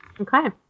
Okay